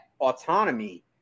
autonomy